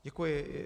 Děkuji.